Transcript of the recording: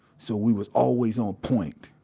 so we was always on point.